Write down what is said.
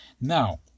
now